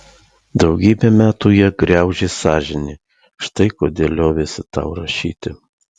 daugybę metų ją graužė sąžinė štai kodėl liovėsi tau rašyti